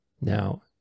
Now